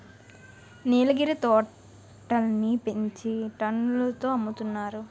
నీలగిరి తోటలని పెంచి టన్నుల తో అమ్ముతారు